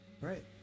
right